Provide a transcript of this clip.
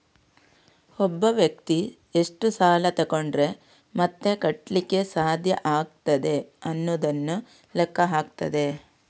ಒಬ್ಬ ವ್ಯಕ್ತಿ ಎಷ್ಟು ಸಾಲ ತಗೊಂಡ್ರೆ ಮತ್ತೆ ಕಟ್ಲಿಕ್ಕೆ ಸಾಧ್ಯ ಆಗ್ತದೆ ಅನ್ನುದನ್ನ ಲೆಕ್ಕ ಹಾಕ್ತದೆ